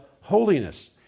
holiness